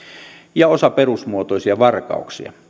ja osa perusmuotoisia varkauksia